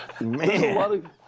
Man